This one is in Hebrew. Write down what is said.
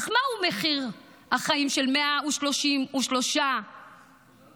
אך מהו מחיר החיים של 133 אזרחים